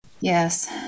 yes